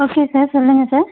okay sir சொல்லுங்க sir